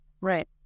Right